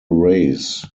rays